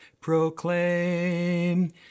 proclaim